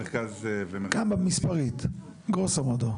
כמה מספרית, גרוסו מודו?